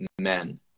men